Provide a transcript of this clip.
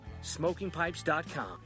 SmokingPipes.com